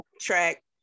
Track